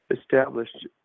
established